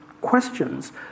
questions